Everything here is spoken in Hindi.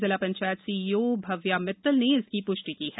जिला पंचायत सीईओ भव्या मित्तल ने इसकी पृष्णि की है